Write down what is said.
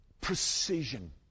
precision